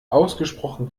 ausgesprochen